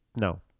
No